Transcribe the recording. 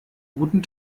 guten